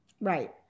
Right